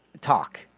talk